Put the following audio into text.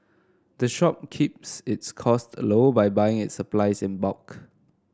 the shop keeps its costs low by buying its supplies in bulk